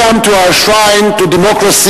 Welcome to our shrine of democracy,